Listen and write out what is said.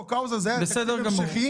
חוק האוזר זה היה תקציב המשכי,